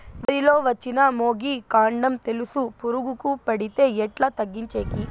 వరి లో వచ్చిన మొగి, కాండం తెలుసు పురుగుకు పడితే ఎట్లా తగ్గించేకి?